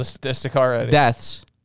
deaths